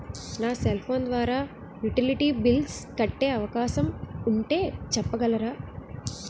నా cell phone ద్వారా utility bills కట్టే అవకాశం ఉంటే చెప్పగలరా?